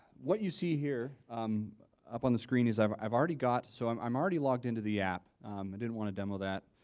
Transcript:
what you see here up on the screen is i've i've already got, so i'm i'm already logged in to the app. i didn't want to demo that.